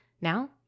Now